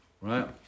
right